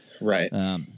Right